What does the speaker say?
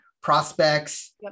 prospects